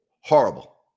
Horrible